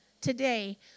today